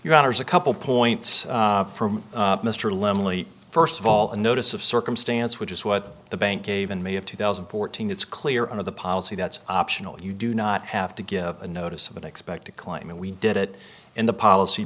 your honors a couple points from mr lonely first of all a notice of circumstance which is what the bank gave in may of two thousand and fourteen it's clear on of the policy that's optional you do not have to give a notice of an expected claim and we did it in the policy